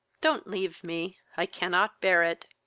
don't leave me i cannot bear it.